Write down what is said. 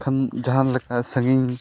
ᱠᱷᱟᱱ ᱡᱟᱦᱟᱞᱮᱠᱟ ᱥᱟᱺᱜᱤᱧ